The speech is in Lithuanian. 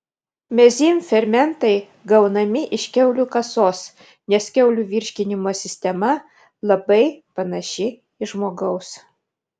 mezym fermentai gaunami iš kiaulių kasos nes kiaulių virškinimo sistema labai panaši į žmogaus